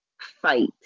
fight